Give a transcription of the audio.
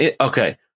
Okay